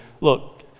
Look